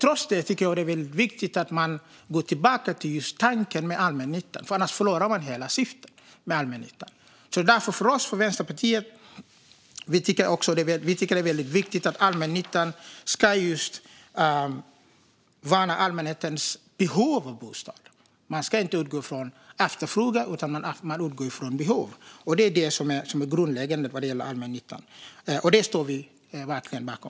Trots det tycker jag att det är väldigt viktigt att man går tillbaka till tanken med allmännyttan, för annars förlorar man hela syftet med den. Vi i Vänsterpartiet tycker att det är väldigt viktigt att allmännyttan värnar om allmänhetens behov av bostad. Man ska inte utgå från efterfrågan, utan man ska utgå från behov. Det är det som är grundläggande vad gäller allmännyttan, och det står vi verkligen bakom.